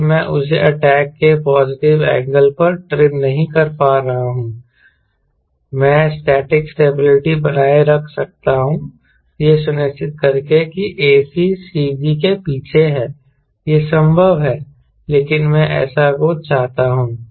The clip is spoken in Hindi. फिर मैं उसे अटैक के पॉजिटिव एंगल पर ट्रिम नहीं कर पा रहा हूं हां मैं स्टैटिक स्टेबिलिटी बनाए रख सकता हूं यह सुनिश्चित करके कि ac CG के पीछे है यह संभव है लेकिन मैं ऐसा कुछ चाहता हूं